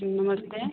जी नमस्ते